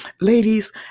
Ladies